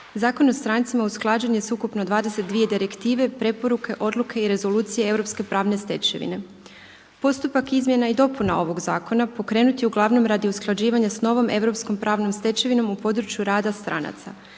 Zakon o strancima usklađen je s ukupno 22 direktive, preporuke, odluke i rezolucije europske pravne stečevine. Postupak izmjena i dopuna ovog zakona pokrenut je uglavnom radi usklađivanja s novom europskom pravnom stečevinom u području rada stranaca.